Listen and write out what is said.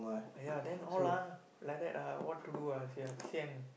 !aiya! then all ah like that ah what to do ah you see ah sian